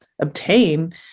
obtain